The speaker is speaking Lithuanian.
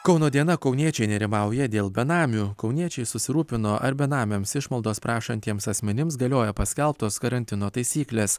kauno diena kauniečiai nerimauja dėl benamių kauniečiai susirūpino ar benamiams išmaldos prašantiems asmenims galioja paskelbtos karantino taisyklės